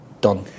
done